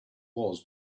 was